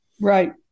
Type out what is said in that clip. Right